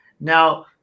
now